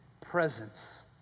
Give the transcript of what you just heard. presence